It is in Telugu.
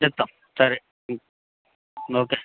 చెప్తాం సరే ఓకే